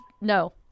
no